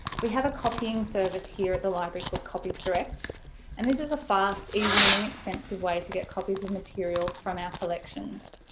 we have a copying service here at the library called copies direct and this is a fast easy and inexpensive way to get copies of material from our collections.